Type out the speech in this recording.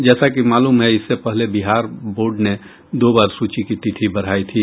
जैसा कि मालूम है कि इससे पहले बिहार बोर्ड ने दो बार सूची की तिथि बढ़ायी थी